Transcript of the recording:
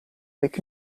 avec